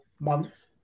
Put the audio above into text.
months